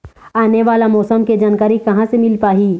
आने वाला मौसम के जानकारी कहां से मिल पाही?